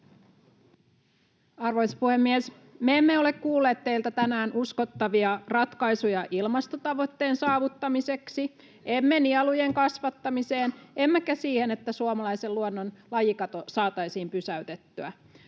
Arvoisa puhemies! Me emme ole kuulleet teiltä tänään uskottavia ratkaisuja ilmastotavoitteen saavuttamiseksi, emme nielujen kasvattamiseen, emmekä siihen, että suomalaisen luonnon lajikato saataisiin pysäytettyä.